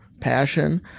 passion